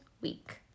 week